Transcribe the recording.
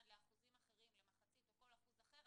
לאחוזים אחרים מחצית או כל אחוז אחר,